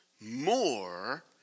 more